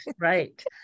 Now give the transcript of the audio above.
right